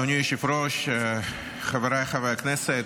אדוני היושב-ראש, חבריי חברי הכנסת,